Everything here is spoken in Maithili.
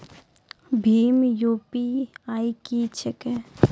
भीम यु.पी.आई की छीके?